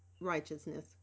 righteousness